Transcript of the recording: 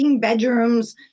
bedrooms